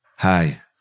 Hi